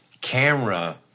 camera